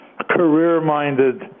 career-minded